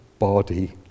Body